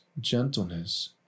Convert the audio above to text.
gentleness